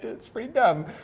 it's pretty dumb.